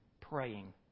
praying